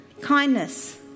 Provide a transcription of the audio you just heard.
kindness